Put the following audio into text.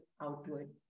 outward